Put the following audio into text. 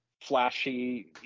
flashy